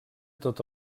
tot